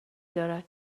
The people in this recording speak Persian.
دارد